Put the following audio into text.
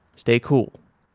stay cool.